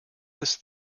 this